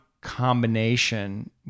combination